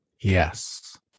Yes